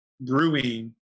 brewing